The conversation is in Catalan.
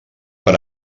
per